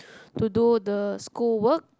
to do the school work